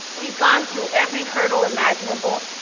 we've gone through every hurdle imaginable,